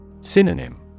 Synonym